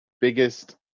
biggest